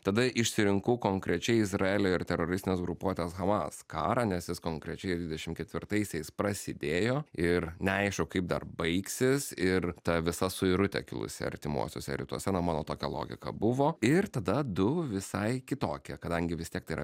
tada išsirinkau konkrečiai izraelio ir teroristinės grupuotės hamas karą nes jis konkrečiai dvidešim ketvirtaisiais prasidėjo ir neaišku kaip dar baigsis ir ta visa suirutė kilusi artimuosiuose rytuose na mano tokia logika buvo ir tada du visai kitokie kadangi vis tiek tai yra